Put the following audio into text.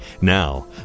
Now